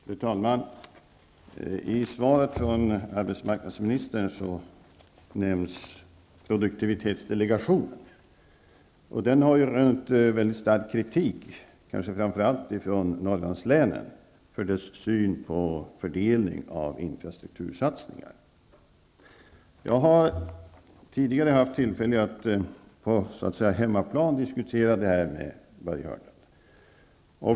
Fru talman! I svaret från arbetsmarknadsministern nämns produktivitetsdelegationen. Den har rönt väldigt stark kritik, kanske framför allt från Norrlandslänen, för sin syn på fördelning av infrastruktursatsningar. Jag har tidigare haft tillfälle att så att säga på hemmaplan diskutera frågan med Börje Hörnlund.